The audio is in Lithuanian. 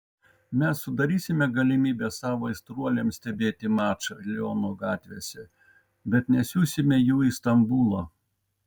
mes sudarysime galimybę savo aistruoliams stebėti mačą liono gatvėse bet nesiųsime jų į stambulą